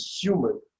human